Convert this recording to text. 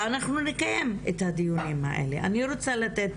ואנחנו נקיים את הדיונים האלה, אני רוצה לתת